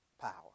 power